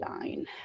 line